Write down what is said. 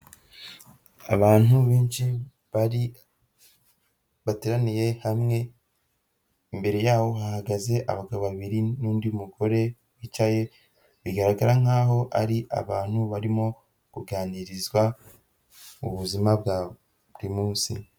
Abantu benshi bari bateraniye hamwe, imbere yabo hahagaze abagabo babiri n'undi mugore wicaye, bigaragara nkaho ari abantu barimo kuganirizwa ku buzima bwa buri munsi.